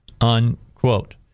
unquote